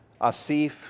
Asif